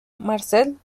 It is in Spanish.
marcel